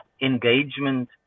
engagement